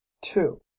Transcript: two